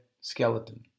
skeleton